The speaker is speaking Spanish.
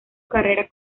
carrera